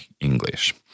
English